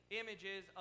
images